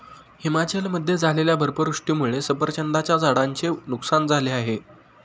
हिमाचलमध्ये झालेल्या बर्फवृष्टीमुळे सफरचंदाच्या झाडांचे नुकसान झाले आहे